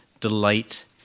delight